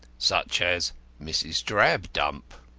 such as mrs. drabdump.